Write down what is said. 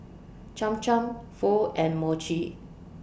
Cham Cham Pho and Mochi